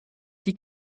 die